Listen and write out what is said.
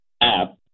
app